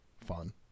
fun